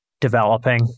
developing